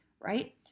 right